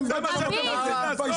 זה מה שאתם רוצים לעשות?